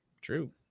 True